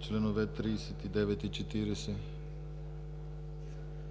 членове 39 и 40?